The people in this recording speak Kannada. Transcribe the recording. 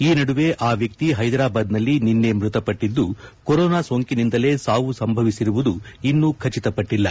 ಈ ನಡುವೆ ಆ ವ್ಯಕ್ತಿ ಹೈದರಾಬಾದ್ನಲ್ಲಿ ನಿನ್ನೆ ಮೃತಪಟ್ಟಿದ್ದು ಕೊರೋನಾ ಸೋಂಕಿನಿಂದಲೇ ಸಾವು ಸಂಭವಿಸಿರುವುದು ಇನ್ನೂ ಖಚಿತ ಪಟ್ಟಿಲ್ಲ